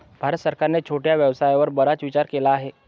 भारत सरकारने छोट्या व्यवसायावर बराच विचार केला आहे